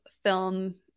film –